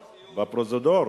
בפרוזדור.